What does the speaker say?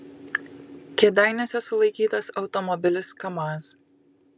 kėdainiuose sulaikytas automobilis kamaz